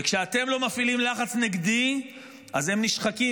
וכשאתם לא מפעילים לחץ נגדי אז הם נשחקים.